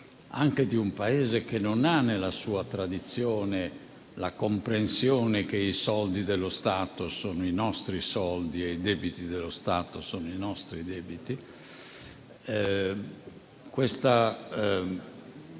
anche di un Paese che non ha, nella sua tradizione, la comprensione che i soldi dello Stato sono i nostri soldi e i debiti dello Stato sono i nostri debiti -